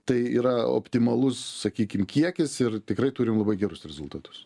tai yra optimalus sakykim kiekis ir tikrai turim labai gerus rezultatus